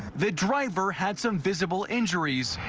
the driver had some visible injuries.